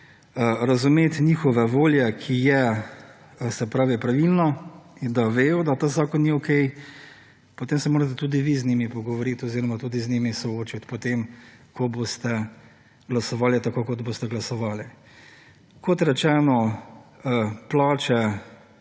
razumet njihove volje, ki je, se pravi pravilno in da vejo, da ta zakon ni okej, potem se morate tudi vi z njimi pogovorit oziroma tudi z njimi soočat, po tem, ko boste glasovali tako, kot boste glasovali. Kot rečeno, plače